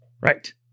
Right